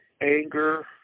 anger